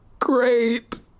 Great